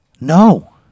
No